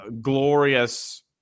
glorious